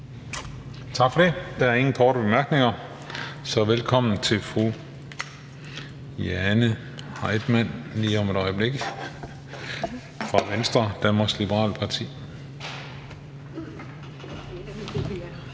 Tak for det. Der er ingen korte bemærkninger. Så velkommen til fru Jane Heitmann, Venstre, Danmarks Liberale Parti.